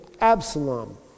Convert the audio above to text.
Absalom